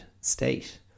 state